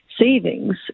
savings